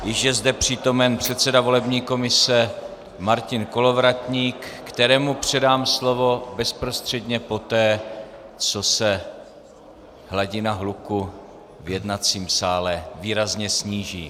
Již je zde přítomen předseda volební komise Martin Kolovratník, kterému předám slovo bezprostředně poté, co se hladina hluku v jednacím sále výrazně sníží.